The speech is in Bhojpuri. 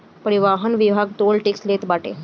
परिवहन विभाग टोल टेक्स लेत बाटे